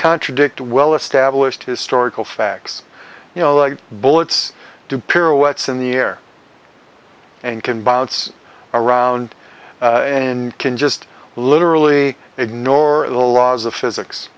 contradict well established historical facts you know like bullets do pirouettes in the air and can bounce around in can just literally ignore the laws of physics